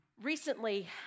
Recently